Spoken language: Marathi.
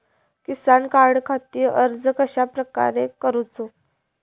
किसान कार्डखाती अर्ज कश्याप्रकारे करूचो?